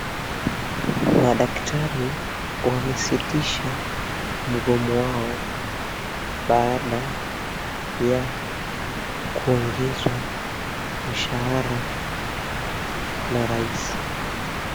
Madaktari wamesitisha mgomo wao baadae ya kuongezwa mshahara na rais.